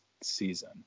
season